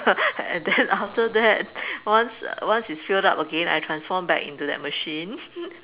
and then after that once uh once it's filled up again I transform back into that machine